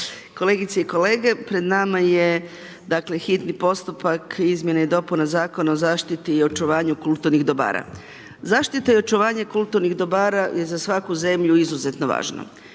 kolegice i kolege. Pred nama je hitni postupak izmjene i dopuna Zakona o zaštiti i očuvanju kulturnih dobara. Zaštita i očuvanje kulturnih dobara je za svaku zemlju izuzetno važna.